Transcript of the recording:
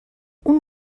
اون